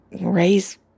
raise